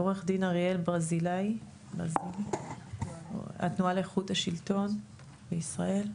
עו"ד אריאל ברזילי, התנועה לאיכות השלטון בישראל.